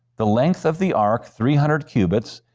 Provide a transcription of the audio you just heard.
the length of the ark three hundred cubits,